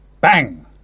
Bang